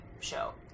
show